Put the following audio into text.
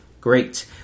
Great